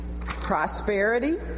prosperity